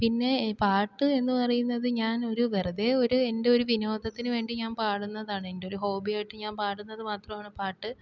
പിന്നെ പാട്ട് എന്ന് പറയുന്നത് ഞാന് വെറുതെ ഒരു എന്റെ ഒരു വിനോദത്തിനു വേണ്ടി ഞാന് പാടുന്നതാണ് എന്റെ ഒരു ഹോബിയായിട്ട് ഞാന് പാടുന്നത് മാത്രമാണ് പാട്ട്